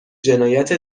جنایت